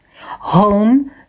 Home